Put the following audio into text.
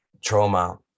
trauma